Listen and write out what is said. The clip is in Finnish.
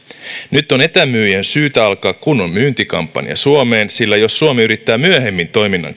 nyt on etämyyjän syytä alkaa kunnon myyntikampanja suomeen sillä jos suomi yrittää myöhemmin toiminnan kieltää